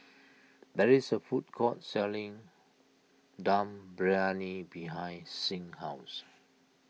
there is a food court selling Dum Briyani behind Signe's house